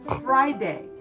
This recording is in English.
Friday